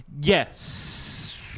Yes